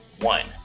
one